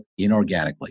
inorganically